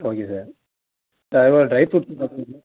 okay sir இல்லை அதே போல் ட்ரை ஃப்ரூட்ஸும் பார்த்தீங்கன்னா